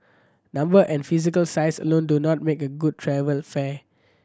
number and physical size alone do not make a good travel fair